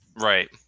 right